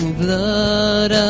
blood